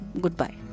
Goodbye